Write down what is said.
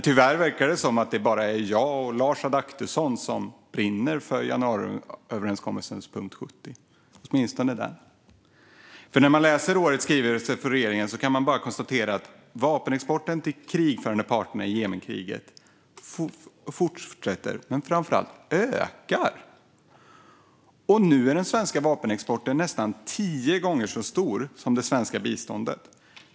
Tyvärr verkar det som att det bara är jag och Lars Adaktusson som brinner för januariöverenskommelsens punkt 70 - åtminstone den. När man läser årets skrivelse från regeringen kan man bara konstatera att vapenexporten till de krigförande parterna i Jemenkriget inte bara fortsätter utan ökar. Nu är den svenska vapenexporten nästan tio gånger så stor som det svenska biståndet.